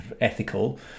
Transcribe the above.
ethical